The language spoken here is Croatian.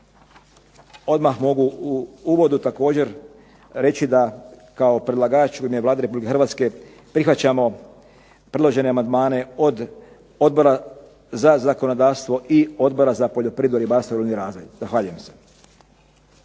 Odmah mogu u uvodu također reći da kao predlagač u ime Vlade RH prihvaćamo predložene amandmane od Odbora za zakonodavstvo i Odbora za poljoprivredu, ribarstvo i ruralni razvoj. Zahvaljujem se.